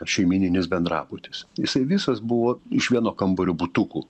šeimyninis bendrabutis jisai visas buvo iš vieno kambario butukų